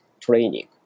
training